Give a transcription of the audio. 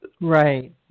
Right